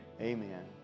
Amen